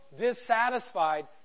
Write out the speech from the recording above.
dissatisfied